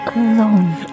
alone